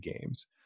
games